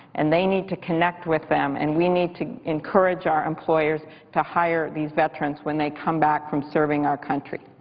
and they need to connect with them, and we need to encourage our employers to hire these veterans when they come back from serving our country.